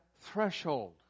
threshold